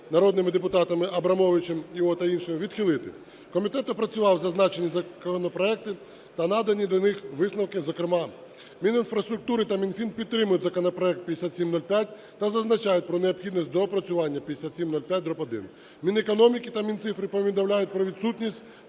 народними депутатами Абрамовичем І.О. та іншими, відхилити. Комітет опрацював зазначені законопроекти та надані до них висновки, зокрема, Мінінфраструктури та Мінфін підтримують законопроект 5705 та зазначають про необхідність доопрацювання 5705-1. Мінекономіки та Мінцифри повідомляють про відсутність